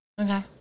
Okay